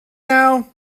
now